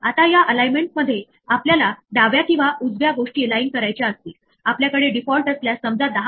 आता जणू जी ने इंडेक्स एरर निर्माण केली आहे एच ला कॉल करताना देखील इंडेक्स एरर निर्माण झाली आहे